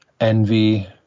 envy